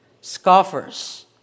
Scoffers